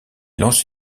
lance